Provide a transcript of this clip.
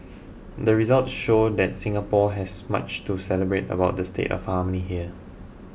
the results show that Singapore has much to celebrate about the state of harmony here